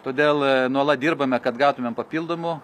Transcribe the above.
todėl nuolat dirbame kad gautumėm papildomų